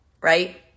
Right